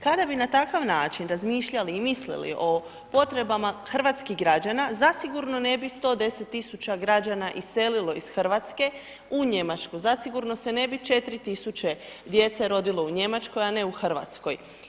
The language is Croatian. Kada bi na takav način razmišljali i mislili o potrebama hrvatskih građana zasigurno ne bi 110.000 građana iselilo iz Hrvatske u Njemačku, zasigurno se ne bi 4.000 djece rodilo u Njemačkoj, a ne u Hrvatskoj.